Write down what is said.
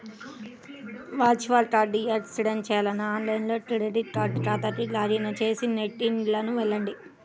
virtual కార్డ్ని access చేయాలంటే online credit card ఖాతాకు లాగిన్ చేసి సెట్టింగ్లకు వెళ్లండి